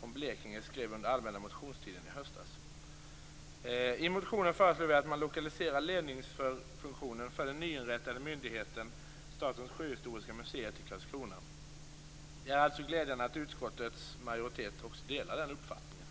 från Blekinge skrev under allmänna motionstiden i höstas. I motionen föreslår vi att man lokaliserar ledningsfunktionen för den nyinrättade myndigheten Statens sjöhistoriska museer till Karlskrona. Det är alltså glädjande att utskottets majoritet delar den uppfattningen.